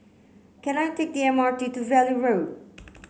can I take the M R T to Valley Road